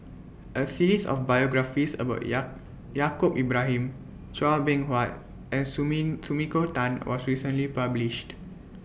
A series of biographies about Yaacob Ibrahim Chua Beng Huat and Sumiko Tan was recently published